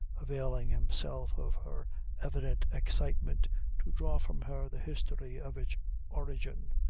availing himself of her evident excitement to draw from her the history of its origin.